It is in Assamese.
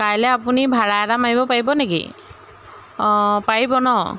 কাইলৈ আপুনি ভাড়া এটা মাৰিব পাৰিব নেকি অঁ পাৰিব ন